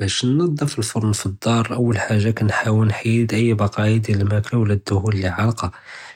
בַּאש נְצַפֶּה אל-פָּרַן פַלְדָאר אוּל חַאגַ'ה קַנְחַاوֶל נְחַיֵד אַי בְּקָאיָה דְיַאל הַמַאקְלָה לוּ דַהוּן לִי עַלְקָה,